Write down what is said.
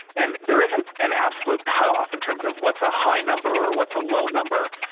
and there isn't an absolute cut-off in terms of what's a high number or what's a low number,